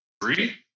Three